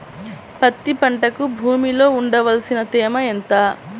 పత్తి పంటకు భూమిలో ఉండవలసిన తేమ ఎంత?